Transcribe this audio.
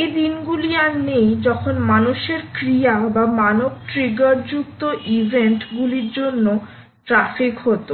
এই দিনগুলি আর নেই যখন মানুষের কর্ম বা মানব ট্রিগারযুক্ত ইভেন্ট গুলির জন্য ট্র্যাফিক হত